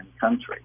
country